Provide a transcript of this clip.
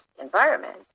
environment